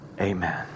Amen